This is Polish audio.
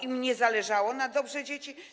Im nie zależało na dobru dzieci?